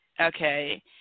okay